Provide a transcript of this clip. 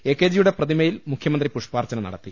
A K ജിയുടെ പ്രതിമയിൽ മുഖ്യമന്ത്രി പുഷാർച്ചന നടത്തി